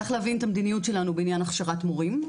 צריך להבין את המדיניות שלנו בעניין הכשרת מורים,